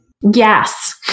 Yes